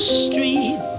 street